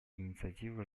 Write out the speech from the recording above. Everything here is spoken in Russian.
инициатива